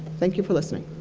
thank you for listening.